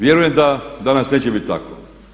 Vjerujem da danas neće biti tako.